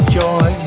joy